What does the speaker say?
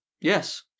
Yes